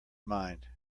mind